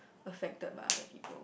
affected by other people